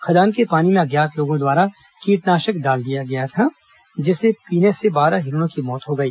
खदान के पानी में अज्ञात लोगों द्वारा कीटनाशक डाल दिया गया था जिसे पीने से बारह हिरणों की मौत हो गई